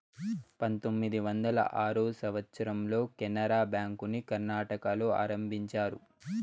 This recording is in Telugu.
పంతొమ్మిది వందల ఆరో సంవచ్చరంలో కెనరా బ్యాంకుని కర్ణాటకలో ఆరంభించారు